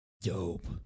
Dope